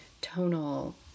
tonal